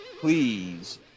please